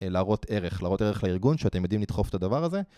להראות ערך, להראות ערך לארגון שאתם יודעים לדחוף את הדבר הזה